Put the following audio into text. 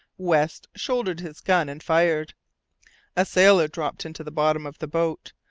west shouldered his gun and fired a sailor dropped into the bottom of the boat.